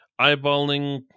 eyeballing